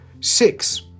six